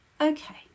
okay